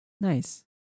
Nice